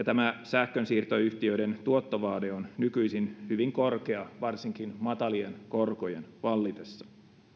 tämä sähkönsiirtoyhtiöiden tuottovaade on nykyisin hyvin korkea varsinkin matalien korkojen vallitessa